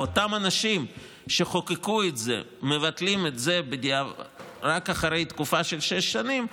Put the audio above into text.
ואותם אנשים שחוקקו את זה מבטלים את זה רק אחרי תקופה של שש שנים,